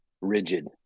rigid